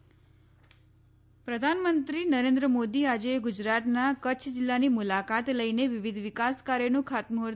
પ્રધાનમંત્રી પ્રધાનમંત્રી નરેન્દ્ર મોદી આજે ગુજરાતના કચ્છ જિલ્લાની મુલાકાત લઇને વિવિધ વિકાસ કાર્યોનું ખાતમૂહર્ત કરશે